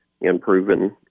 improving